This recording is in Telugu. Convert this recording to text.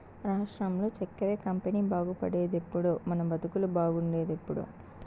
రాష్ట్రంలో చక్కెర కంపెనీ బాగుపడేదెప్పుడో మన బతుకులు బాగుండేదెప్పుడో